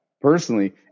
personally